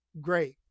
Great